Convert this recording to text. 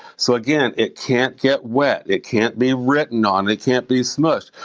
so again, it can't get wet, it can't be written on, it can't be smushed.